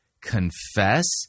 confess